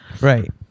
Right